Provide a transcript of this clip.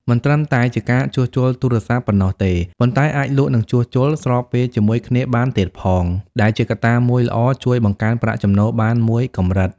មិនត្រឹមតែជាការជួសជុលទូរសព្ទប៉ុណ្ណោះទេ ប៉ុន្តែអាចលក់និងជួសជុល ស្របពេលជាមួយគ្នាបានទៀតផង ដែលជាកត្តាមួយល្អជួយបង្កើនប្រាក់ចំណូលបានមួយកម្រិត។